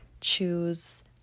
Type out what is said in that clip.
choose